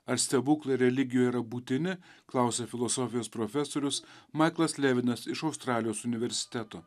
ar stebuklai religijoj yra būtini klausia filosofijos profesorius maiklas levinas iš australijos universiteto